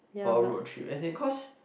or a road trip as in cause